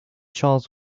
charles